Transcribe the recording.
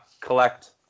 collect